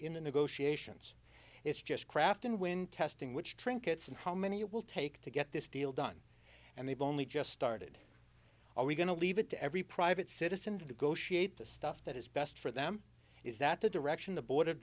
the negotiations it's just craft and when testing which trinkets and how many it will take to get this deal done and they've only just started are we going to leave it to every private citizen to go she ate the stuff that is best for them is that the direction the board